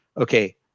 Okay